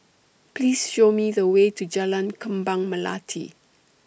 Please Show Me The Way to Jalan Kembang Melati